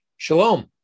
Shalom